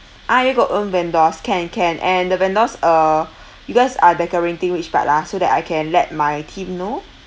ah you got own vendors can can and the vendors uh you guys are decorating which part ah so that I can let my team know